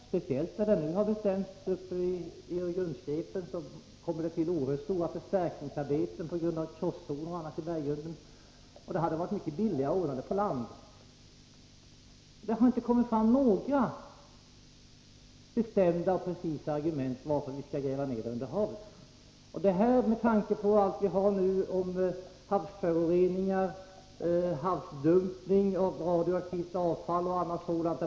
Speciellt där det nu har föreslagits, i Öregrundsgrepen, kommer det till oerhört stora förstärkningsarbeten på grund av krosszoner och annat i berggrunden. Det hade varit billigare att ordna det på land. Det har inte kommit fram några bestämda och precisa argument för att gräva ner avfallet under havet. Det talas mycket om havsföroreningar, dumpning till havs av radioaktivt avfall och annat sådant.